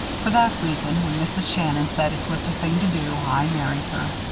for that reason, when mrs. shannon said it was the thing to do, i married her.